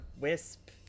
Wisp